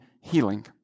healing